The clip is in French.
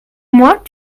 mois